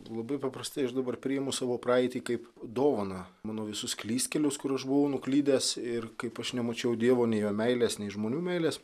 labai paprastai aš dabar priimu savo praeitį kaip dovaną mano visus klystkelius kur aš buvau nuklydęs ir kaip aš nemačiau dievo nei jo meilės nei žmonių meilės